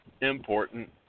important